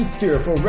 fearful